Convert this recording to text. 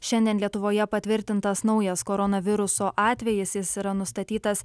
šiandien lietuvoje patvirtintas naujas koronaviruso atvejis jis yra nustatytas